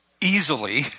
easily